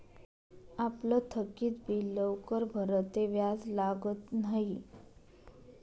आपलं थकीत बिल लवकर भरं ते व्याज लागत न्हयी